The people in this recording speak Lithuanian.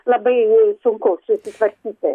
labai sunku susitvarkyti